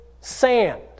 sand